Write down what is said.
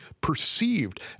perceived